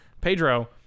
Pedro